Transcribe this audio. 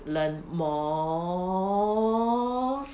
learn most